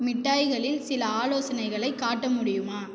மிட்டாய்களின் சில ஆலோசனைகளைக் காட்ட முடியுமா